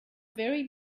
very